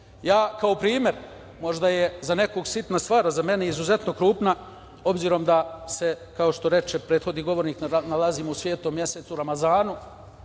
polju. Kao primer, možda je za nekoga sitna stvar, a za mene izuzetno krupna, s obzirom da se kao što reče prethodni govornik nalazimo u svetom mesecu Ramazanu,